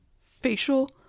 facial